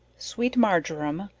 sweet marjoram,